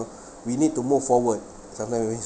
we need to move forward sometimes